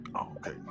okay